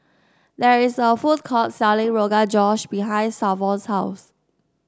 there is a food court selling Rogan Josh behind Savon's house